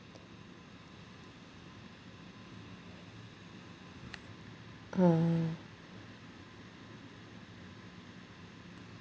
mm